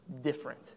different